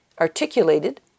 articulated